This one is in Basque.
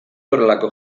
horrelako